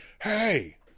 Hey